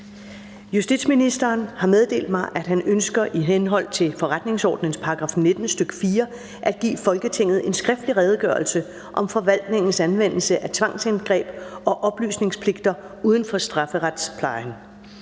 (Nick Hækkerup) har meddelt mig, at han ønsker i henhold til forretningsordenens § 19, stk. 4, at give Folketinget en skriftlig Redegørelse om forvaltningens anvendelse af tvangsindgreb og oplysningspligter uden for strafferetsplejen.